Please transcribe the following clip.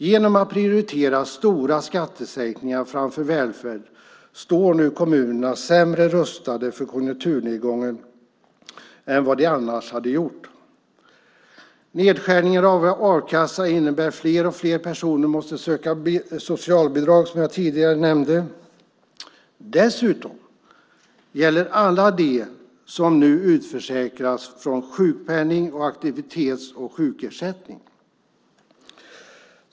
Genom att man har prioriterat stora skattesänkningar framför välfärd står nu kommunerna sämre rustade för konjunkturnedgången än vad de annars hade gjort. Nedskärningar i a-kassan innebär att fler och fler personer måste söka socialbidrag, som jag tidigare nämnde. Det gäller också alla dem som nu utförsäkras från sjukpenning och aktivitets och sjukersättning.